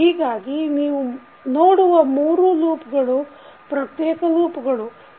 ಹೀಗಾಗಿ ನೀವು ನೋಡುವ ಮೂರು ಲೂಪ್ಗಳು ಪ್ರತ್ಯೇಕ ಲೂಪ್ಗಳು ಇವು